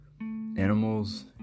Animals